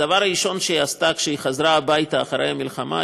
הדבר הראשון שהיא עשתה כשהיא חזרה הביתה אחרי המלחמה,